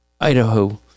Idaho